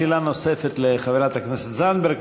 שאלה נוספת לחברת הכנסת זנדברג,